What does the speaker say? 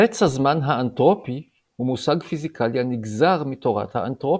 חץ הזמן האנטרופי הוא מושג פיזיקלי הנגזר מתורת האנטרופיה.